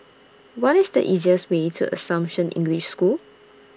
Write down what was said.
What IS The easiest Way to Assumption English School